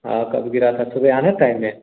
हाँ कब गिरा था सुबह आने टाइम में